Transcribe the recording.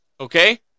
okay